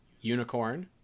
Unicorn